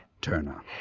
Turner